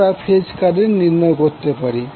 আমরা phase current নির্ণয় করতে পারি